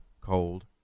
cold